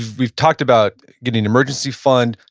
we've talked about getting an emergency fund,